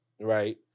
right